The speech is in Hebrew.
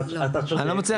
אני לא מצליח